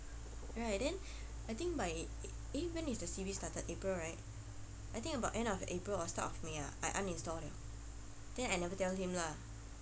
right then I think by eh when did the C_B started april right I think about end of april or start of may ah I uninstilled liao then I never tell him lah